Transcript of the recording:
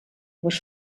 les